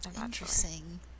Interesting